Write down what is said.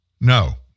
No